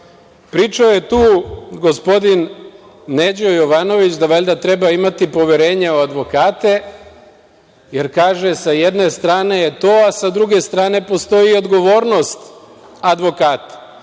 zakona. Pričao je tu gospodin Neđo Jovanović da valjda treba imati poverenja u advokate, jer, kaže, s jedne strane je to, a s druge strane postoji odgovornost advokata. Ja